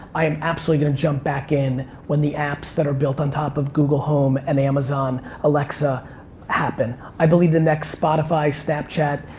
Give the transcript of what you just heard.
i am absolutely gonna jump back in when the apps that are built on top of google home and amazon alexa happen. i believe the next spotify, snapchat,